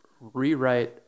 rewrite